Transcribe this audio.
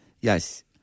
Yes